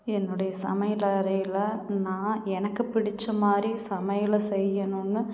என்னுடைய சமையல் அறையில் நான் எனக்குப் பிடித்த மாதிரி சமையலை செய்யணுன்னு